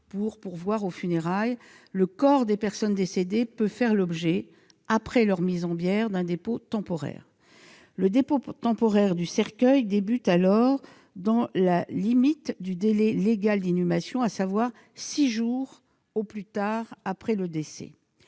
pour pourvoir aux funérailles, le corps des personnes décédées peut faire l'objet, après la mise en bière, d'un dépôt temporaire. Le dépôt temporaire du cercueil débute alors, dans la limite du délai légal d'inhumation, à savoir six jours au plus tard après le décès.